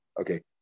Okay